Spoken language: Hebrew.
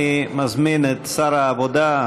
אני מזמין את שר העבודה,